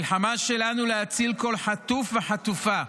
המלחמה שלנו היא להציל כל חטוף וחטופה,